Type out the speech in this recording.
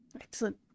Excellent